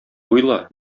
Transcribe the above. уйла